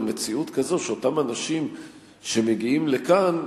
מציאות כזאת שאותם אנשים שמגיעים לכאן,